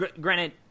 granted